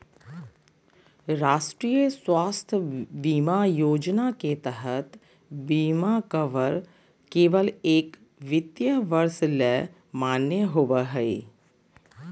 राष्ट्रीय स्वास्थ्य बीमा योजना के तहत बीमा कवर केवल एक वित्तीय वर्ष ले मान्य होबो हय